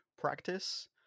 practice